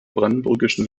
brandenburgischen